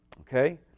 Okay